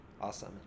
Awesome